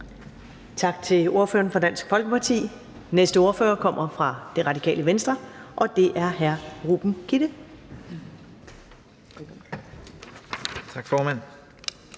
Tak til ordføreren for Dansk Folkeparti. Næste ordfører kommer fra Radikale Venstre, og det er hr. Ruben Kidde. Velkommen.